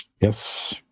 Yes